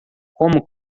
como